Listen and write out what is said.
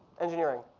engineering.